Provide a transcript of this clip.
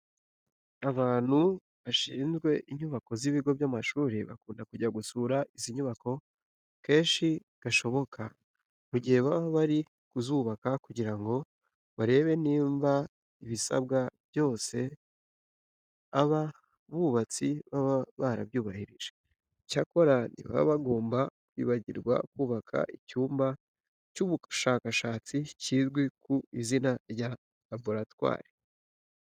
Abantu bashinzwe inyubako z'ibigo by'amashuri bakunda kujya gusura izi nyubako kenshi gashoboka mu gihe baba bari kuzubaka kugira ngo barebe niba ibisabwa byose aba bubatsi baba barabyubahirije. Icyakora ntibaba bagomba kwibagirwa kubaka icyumba cy'ubushakashatsi kizwi ku izina rya laboratwari.